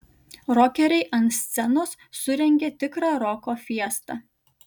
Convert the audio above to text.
rokeriai ant scenos surengė tikrą roko fiestą